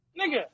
nigga